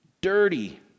dirty